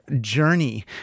journey